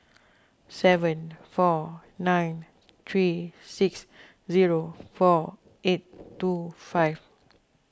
seven four nine three six zero four eight two five